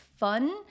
Fun